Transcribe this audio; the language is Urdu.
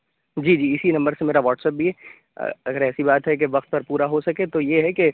جی جی اِسی نمبر سے میرا واٹسپ بھی ہے اگر ایسی بات ہے کہ وقت پر پورا ہو سکے تو یہ ہے کہ